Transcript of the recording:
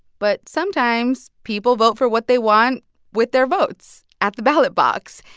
but sometimes, people vote for what they want with their votes at the ballot box.